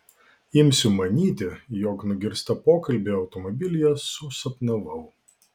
imsiu manyti jog nugirstą pokalbį automobilyje susapnavau